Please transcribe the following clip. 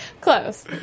Close